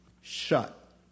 Shut